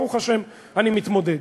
ברוך השם, אני מתמודד.